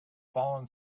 fallen